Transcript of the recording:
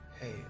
hey